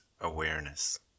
awareness